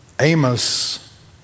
Amos